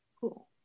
Cool